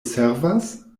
servas